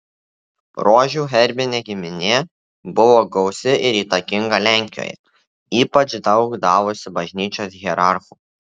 rožių herbinė giminė buvo gausi ir įtakinga lenkijoje ypač daug davusi bažnyčios hierarchų